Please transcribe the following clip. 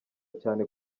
cyane